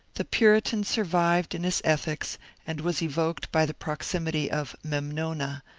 the puritan survived in his ethics and was evoked by the proximity of memnona,